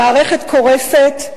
המערכת קורסת,